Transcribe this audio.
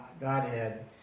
Godhead